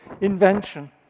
invention